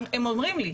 הם אומרים לי,